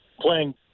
playing